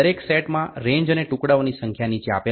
દરેક સેટમાં રેન્જ અને ટુકડાઓની સંખ્યા નીચે આપેલ છે